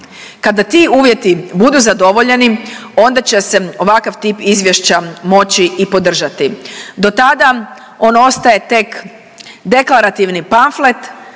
Kada ti uvjeti budu zadovoljeni onda će se ovakav tip izvješća moći i podržati dotada on ostaje tek deklarativni pamflet